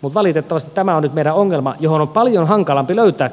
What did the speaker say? mutta valitettavasti tämä kustannuskilpailukyky on nyt meidän ongelma johon on paljon hankalampi löytää